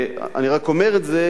אני רק אומר את זה,